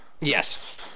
Yes